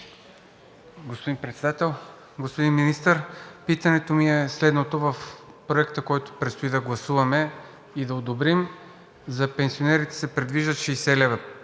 Господин Председател! Господин Министър, питането ми е следното: в Проекта, който предстои да гласуваме и да одобрим, за пенсионерите се предвиждат 60 лв.,